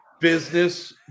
business